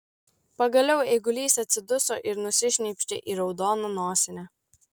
pagaliau eigulys atsiduso ir nusišnypštė į raudoną nosinę